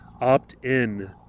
opt-in